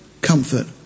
comfort